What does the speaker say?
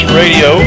radio